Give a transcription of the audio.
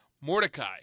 Mordecai